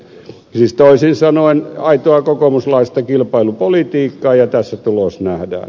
siis toisin sanoen aitoa kokoomuslaista kilpailupolitiikkaa ja tässä tulos nähdään